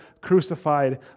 crucified